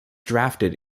drafted